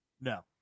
No